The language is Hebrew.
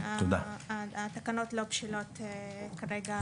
התקנות לא בשלות כרגע.